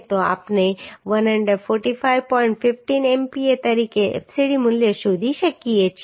15 MPa તરીકે fcd મૂલ્ય શોધી શકીએ છીએ